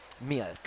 milk